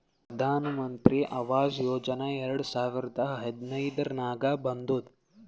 ಪ್ರಧಾನ್ ಮಂತ್ರಿ ಆವಾಸ್ ಯೋಜನಾ ಎರಡು ಸಾವಿರದ ಹದಿನೈದುರ್ನಾಗ್ ಬಂದುದ್